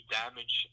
damage